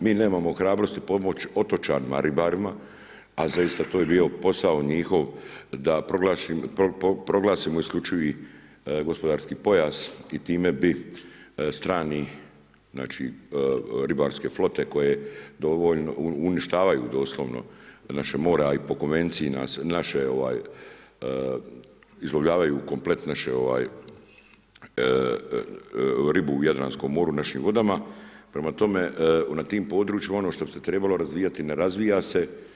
Mi nemamo hrabrosti pomoć otočanima, ribarima, a zaista to je bio posao njihov da proglasimo isključivi gospodarski pojas i time bi strani, znači ribarske flote koje uništavaju doslovno naše more, a i po konvenciji nas naše ove izlovljavaju komplet naše, ribu u Jadranskom moru, u našim vodama, prema tome na tim područjima ono što bi se trebalo razvijati, ne razvija se.